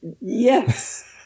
Yes